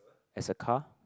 as a car